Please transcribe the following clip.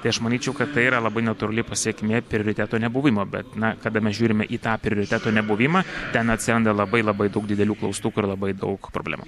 tai aš manyčiau kad tai yra labai natūrali pasekmė prioriteto nebuvimo bet na kada mes žiūrime į tą prioriteto nebuvimą ten atsiranda labai labai daug didelių klaustukų ir labai daug problemų